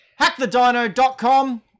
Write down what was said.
hackthedino.com